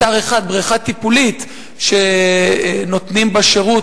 יש באתר אחד בריכה טיפולית שנותנים בה שירות